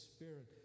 Spirit